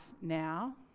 now